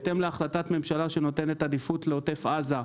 בהתאם להחלטת ממשלה שנותנת עדיפות לעוטף עזה,